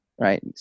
right